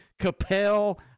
Capel